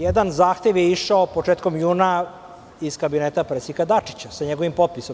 Jedan zahtev je išao početkom juna iz kabineta predsednika Dačića, sa njegovim potpisom.